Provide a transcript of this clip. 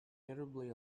terribly